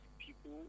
people